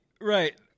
right